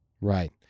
right